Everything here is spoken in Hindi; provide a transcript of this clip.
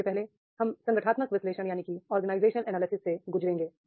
सबसे पहले हम ऑर्गेनाइजेशनल एनालिसिस से गुजरेंगे